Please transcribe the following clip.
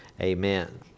Amen